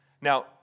Now